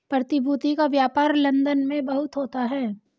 प्रतिभूति का व्यापार लन्दन में बहुत होता है